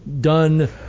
done